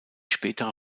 spätere